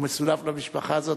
הוא מסונף למשפחה הזאת.